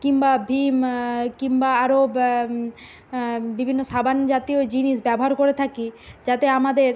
কিম্বা ভীম কিম্বা আরও ব্যা বিভিন্ন সাবান জাতীয় জিনিস ব্যবহার করে থাকি যাতে আমাদের